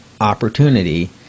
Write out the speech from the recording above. opportunity